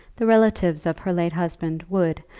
the relatives of her late husband would,